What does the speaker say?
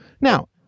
Now